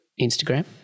Instagram